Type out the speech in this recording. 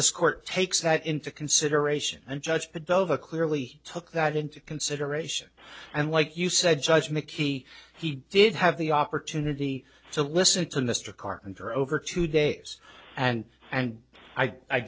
this court takes that into consideration and judge but those are clearly took that into consideration and like you said judge mickey he did have the opportunity to listen to mr carpenter over two days and and i